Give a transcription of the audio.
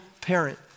parent